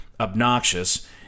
Obnoxious